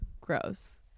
gross